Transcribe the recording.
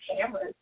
cameras